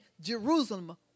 Jerusalem